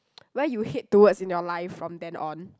where you head towards in your life from then on